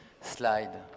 slide